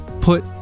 put